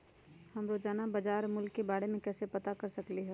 हम रोजाना बाजार के मूल्य के के बारे में कैसे पता कर सकली ह?